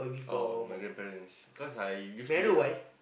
oh my grandparents cause I used to it ah